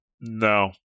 No